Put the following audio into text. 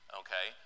okay